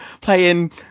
playing